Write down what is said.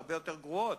הרבה יותר גרועות,